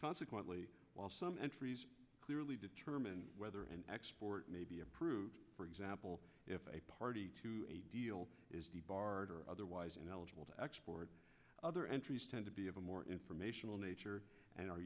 consequently while some entries clearly determine whether an export may be approved for example if a party to a deal is barred or otherwise ineligible to export other entries tend to be of a more informational nature and are